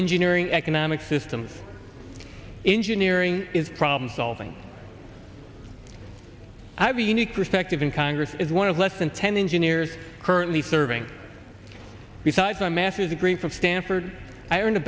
engineering economic systems engineering is problem solving i have a unique perspective in congress is one of less than ten engineers currently serving besides my master's degree from stanford i earned a